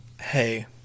Hey